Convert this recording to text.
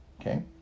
okay